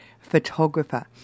photographer